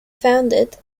founded